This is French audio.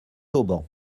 auban